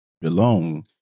belong